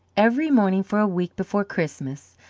every morning for a week before christmas,